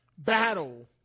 battle